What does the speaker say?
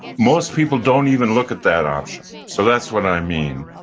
most people don't even look at that option, so that's what i mean.